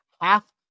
half